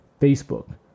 Facebook